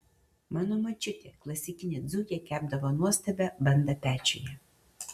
mano močiutė klasikinė dzūkė kepdavo nuostabią bandą pečiuje